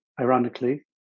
ironically